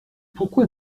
pourquoi